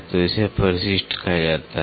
तो इसे परिशिष्ट कहा जाता है